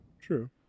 True